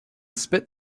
spit